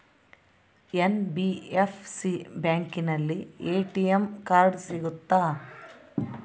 NBFC ಬ್ಯಾಂಕಿನಲ್ಲಿ ATM card ಸಿಗುತ್ತಾ?